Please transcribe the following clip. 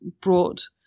brought